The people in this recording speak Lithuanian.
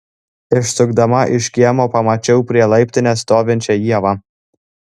išsukdama iš kiemo pamačiau prie laiptinės stovinčią ievą